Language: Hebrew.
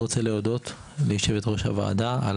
אני רוצה להודות ליושבת-ראש הוועדה על